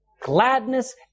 gladness